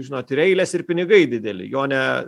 žinot ir eilės ir pinigai dideli jone